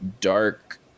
dark